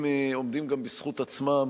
הם עומדים גם בזכות עצמם